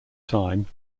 time